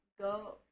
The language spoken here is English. go